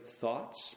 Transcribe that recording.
thoughts